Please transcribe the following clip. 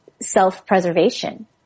self-preservation